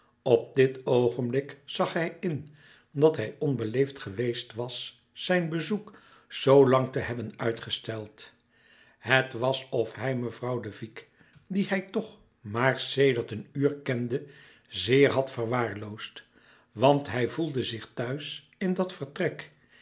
op dit oogenblik zag hij in dat hij onbeleefd geweest was zijn bezoek zoo lang te hebben uitgesteld het was of hij mevrouw de vicq die hij toch maar sedert een uur kende zeer had verwaarloosd want hij voelde zich thuis in dat vertrek